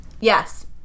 Yes